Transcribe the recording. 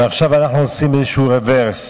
ועכשיו אנחנו עושים איזה רוורס.